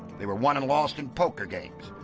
they were won and lost in poker games.